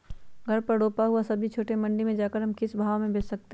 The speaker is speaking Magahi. घर पर रूपा हुआ सब्जी छोटे मंडी में जाकर हम किस भाव में भेज सकते हैं?